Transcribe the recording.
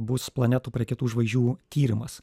bus planetų prie kitų žvaigždžių tyrimas